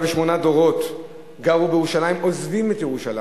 דורות גרו בירושלים, היום עוזבים את ירושלים,